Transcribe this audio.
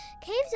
caves